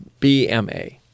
BMA